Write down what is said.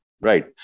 Right